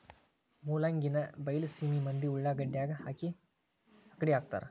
ಮೂಲಂಗಿನಾ ಬೈಲಸೇಮಿ ಮಂದಿ ಉಳಾಗಡ್ಯಾಗ ಅಕ್ಡಿಹಾಕತಾರ